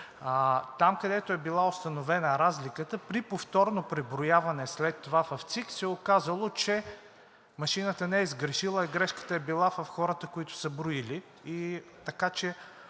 там, където е била установена разликата при повторно преброяване, след това в ЦИК се оказало, че машината не е сгрешила, а грешката е била в хората, които са броили.